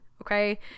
okay